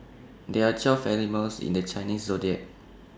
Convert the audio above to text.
there are twelve animals in the Chinese Zodiac